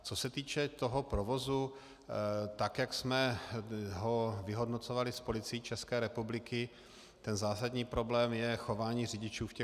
Co se týče toho provozu, tak jak jsme ho vyhodnocovali s Policií České republiky, ten zásadní problém je chování řidičů v uzavírkách.